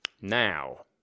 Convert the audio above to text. Now